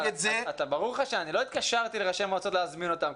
ברור לך שלא התקשרתי לראשי המועצות להזמין אותם.